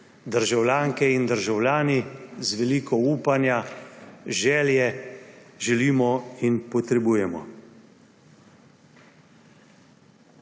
državljanke in državljani, z veliko upanja, želje, želimo in potrebujemo.